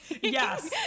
Yes